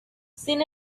sin